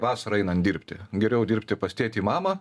vasarą einant dirbti geriau dirbti pas tėtį mamą